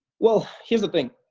well, here's the thing.